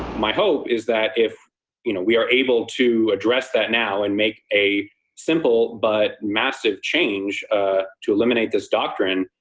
my hope is that if you know we are able to address that now and make a simple but massive change ah to eliminate this doctrine,